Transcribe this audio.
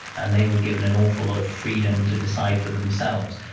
and they were given an awful lot of freedom to decide for themselves.